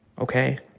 okay